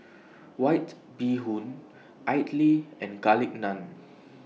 White Bee Hoon Idly and Garlic Naan